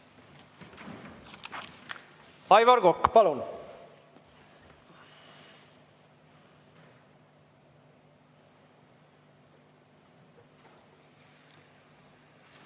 Aivar Kokk, palun!